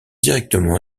directement